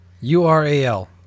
U-R-A-L